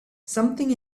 something